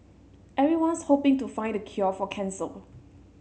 everyone's hoping to find the cure for cancer